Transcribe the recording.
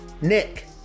Nick